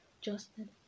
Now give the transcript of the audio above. Justin